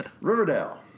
Riverdale